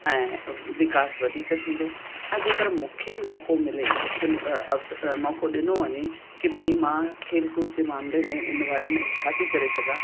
ऐं विकास वधीक थींदो ऐं जेकर मूंखे मौक़ो मिले मूंखे मौक़ो ॾिनो वञे की भई मां खेलकूद जे मामिले में इन बारे में छा थी करे सघां